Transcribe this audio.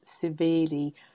severely